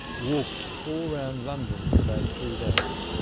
walked all around london for about three days.